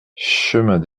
chemin